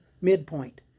midpoint